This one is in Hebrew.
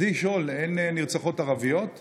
רציתי לשאול: אין נרצחות ערביות נשים?